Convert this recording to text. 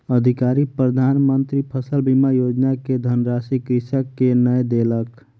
अधिकारी प्रधान मंत्री फसल बीमा योजना के धनराशि कृषक के नै देलक